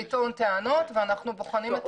לטעון טענות ואנחנו בוחנים את הטענות.